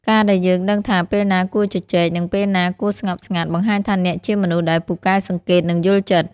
ការដែលយើងដឹងថាពេលណាគួរជជែក និងពេលណាគួរស្ងប់ស្ងាត់ បង្ហាញថាអ្នកជាមនុស្សដែលពូកែសង្កេត និងយល់ចិត្ត។